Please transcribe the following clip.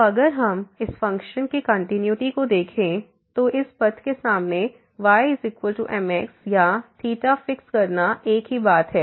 तो अगर हम इस फ़ंक्शन की कंटिन्यूटी को देखें तो इस पथ के साथ ymx या फिक्स करना एक ही बात है